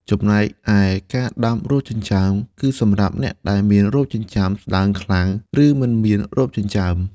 ចំណែកឯ ការដាំរោមចិញ្ចើម គឺសម្រាប់អ្នកដែលមានរោមចិញ្ចើមស្តើងខ្លាំង ឬមិនមានរោមចិញ្ចើម។